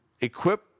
equip